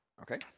Okay